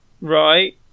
Right